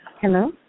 Hello